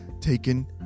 taken